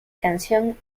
canción